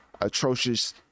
atrocious